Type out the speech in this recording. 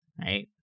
Right